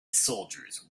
soldiers